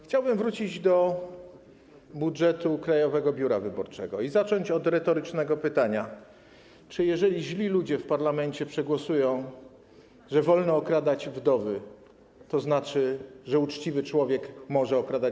Chciałbym wrócić do budżetu Krajowego Biura Wyborczego i zacząć od retorycznego pytania: Czy jeżeli źli ludzie w parlamencie przegłosują, że wolno okradać wdowy, to znaczy, że uczciwy człowiek może je okradać?